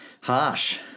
Harsh